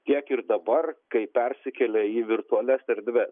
tiek ir dabar kai persikėlė į virtualias erdves